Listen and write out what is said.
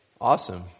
Awesome